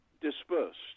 dispersed